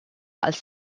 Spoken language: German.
als